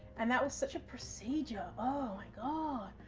and that was such a procedure, oh my god.